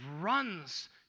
runs